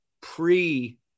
pre